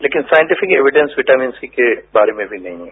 लेकिन scientific evidence vitamin C के बारे अभी नहीं है